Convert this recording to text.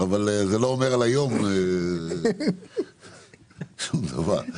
אבל זה לא אומר על היום שום דבר.